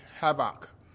havoc